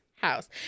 house